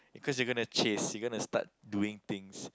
cause you gonna chase you gonna to start doing things